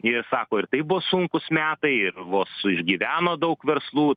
ir sako ir tai bus sunkūs metai ir vos išgyveno daug verslų